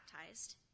baptized